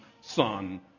son